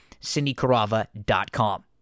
CindyCarava.com